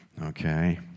okay